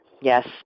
Yes